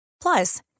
Plus